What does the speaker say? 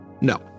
No